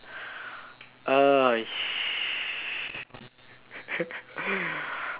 err sh~